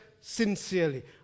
sincerely